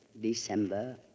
December